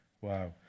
Wow